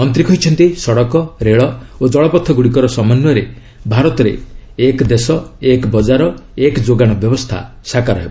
ମନ୍ତ୍ରୀ କହିଛନ୍ତି ସଡ଼କ ରେଳ ଓ ଜଳପଥ ଗୁଡ଼ିକର ସମନ୍ୱୟରେ ଭାରତରେ ଏକ ଦେଶ ଏକ ବଜାର ଏକ ଯୋଗାଣ ବ୍ୟବସ୍ଥା ସାକାର ହେବ